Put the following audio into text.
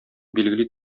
билгели